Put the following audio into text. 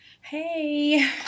Hey